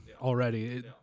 already